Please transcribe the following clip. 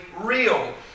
real